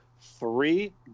three